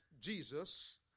Jesus